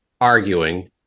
arguing